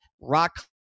rock